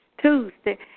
Tuesday